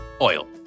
oil